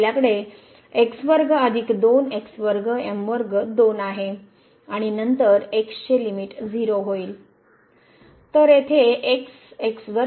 तर आपल्याकडे 2 आहे आणि नंतर x चे लिमिट 0 होईल